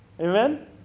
Amen